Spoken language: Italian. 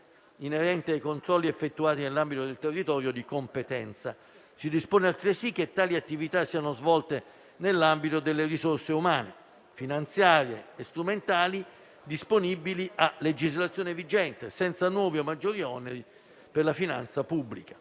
inerente ai controlli effettuati nell'ambito del territorio di competenza. Si dispone altresì che tali attività siano svolte nell'ambito delle risorse umane, finanziarie e strumentali disponibili a legislazione vigente, senza nuovi o maggiori oneri per la finanza pubblica.